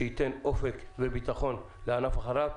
ב', שייתן אופק וביטחון לענף החלב.